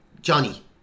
Johnny